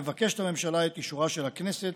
מבקשת הממשלה את אישורה של הכנסת